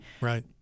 Right